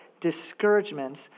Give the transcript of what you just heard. discouragements